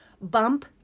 Bump